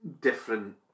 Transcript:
different